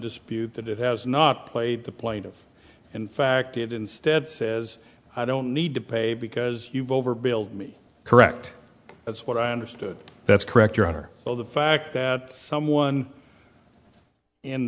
dispute that it has not played the plaintiff in fact it instead is i don't need to pay because you've overbuilt correct that's what i understood that's correct your honor well the fact that someone in